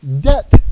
debt